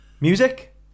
Music